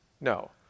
No